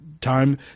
time